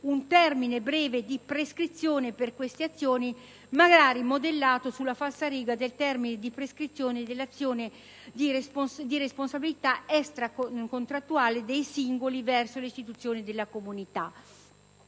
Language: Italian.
un termine breve di prescrizione per queste azioni, magari modellato sulla falsariga del termine di prescrizione dell'azione di responsabilità extracontrattuale dei singoli verso le istituzioni della comunità.